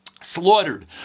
Slaughtered